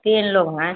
तीन लोग हैं